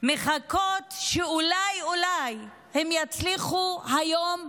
מחכות שאולי אולי הם יצליחו היום,